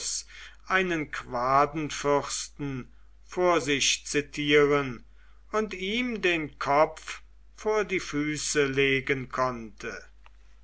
einen quadenfürsten vor sich zitieren und ihm den kopf vor die füße legen konnte